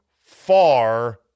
far